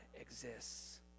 exists